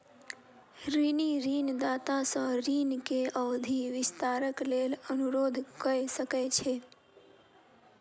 ऋणी ऋणदाता सॅ ऋण के अवधि विस्तारक लेल अनुरोध कय सकै छै